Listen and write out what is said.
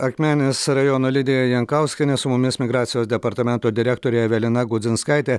akmenės rajono lidija jankauskienė su mumis migracijos departamento direktorė evelina gudzinskaitė